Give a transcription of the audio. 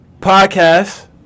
Podcast